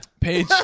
Page